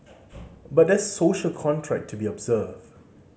but there's a social contract to be observed